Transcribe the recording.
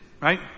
right